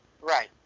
Right